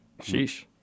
Sheesh